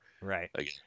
Right